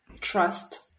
Trust